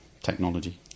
technology